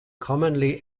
commonly